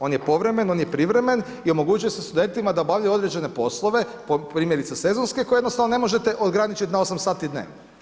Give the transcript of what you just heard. On je povremen, on je privremen i omogućuje se studentima da obavljaju određene poslove, primjerice sezonske koje jednostavno ne možete ograničiti na 8 sati dnevno.